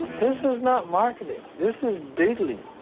this is not marketing. this is doodling.